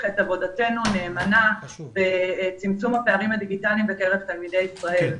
את עבודתנו הנאמנה בצמצום הפערים הדיגיטליים בקרב תלמידי ישראל.